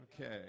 Okay